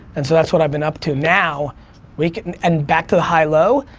and so that's what i've been up to. now we can, and back to the high low,